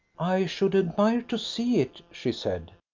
i should admire to see it, she said.